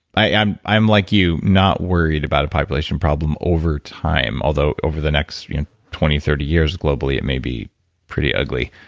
i'm i'm like you, not worried about a population problem over time although over the next twenty, thirty years globally it may be pretty ugly.